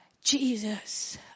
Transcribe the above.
Jesus